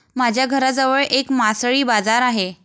माझ्या घराजवळ एक मासळी बाजार आहे